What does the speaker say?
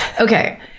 Okay